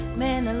man